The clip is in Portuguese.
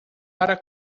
para